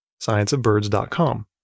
scienceofbirds.com